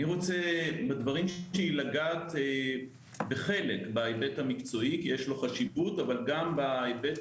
אני רוצה לגעת בהיבט המקצועי כי יש לו חשיבות אבל גם בהיבט